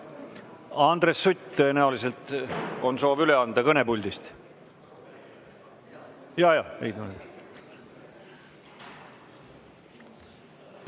Andres Sutt, tõenäoliselt on soov üle anda kõnepuldist.